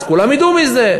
אז כולם ידעו מזה,